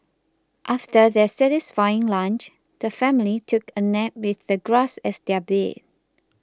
after their satisfying lunch the family took a nap with the grass as their bed